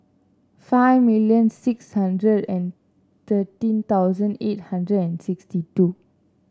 five million six hundred and thirteen thousand eight hundred and sixty two